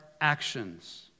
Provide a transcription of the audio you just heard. actions